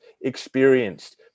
experienced